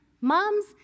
moms